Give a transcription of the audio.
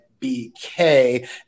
BK